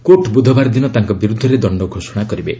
କୋଟି ବୁଧବାର ଦିନ ତାଙ୍କ ବିରୁଦ୍ଧରେ ଦଣ୍ଡ ଘୋଷଣା କରିବେ